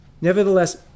Nevertheless